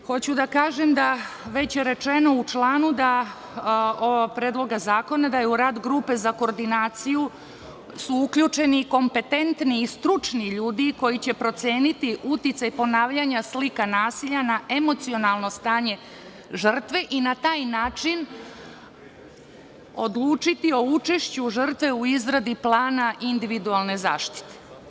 Hoću da kažem, već je rečeno u članu ovog Predloga zakona da su u radu Grupe za koordinaciju uključeni kompetentni i stručni ljudi koji će proceniti uticaj ponavljanja slika nasilja na emocionalno stanje žrtve i na taj način odlučiti o učešću žrtve u izradi plana individualne zaštite.